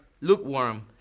lukewarm